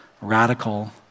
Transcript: radical